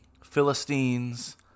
Philistines